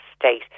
state